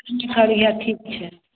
की करिए ठीक्के हइ